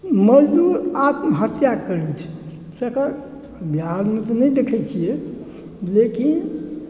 मजदुर आत्महत्या करै छै तकर बिहारमे तऽ नहि देखै छियै लेकिन